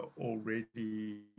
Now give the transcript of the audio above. already